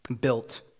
built